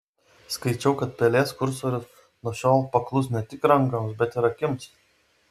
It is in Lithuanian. skaičiau kad pelės kursorius nuo šiol paklus ne tik rankoms bet ir akims